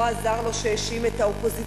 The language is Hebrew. לא עזר לו שהוא האשים את האופוזיציה,